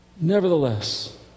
Nevertheless